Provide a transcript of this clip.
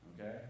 Okay